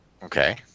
Okay